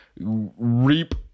reap